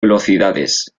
velocidades